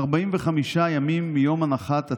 אדוני היושב-ראש,